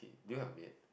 do you have a maid